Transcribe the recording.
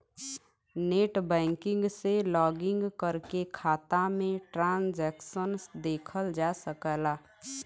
net banking से login करके खाता में ट्रांसैक्शन देखल जा सकला